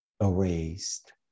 erased